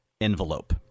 envelope